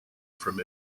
from